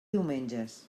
diumenges